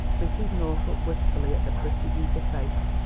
mrs. north looked wistfully at the pretty, eager face.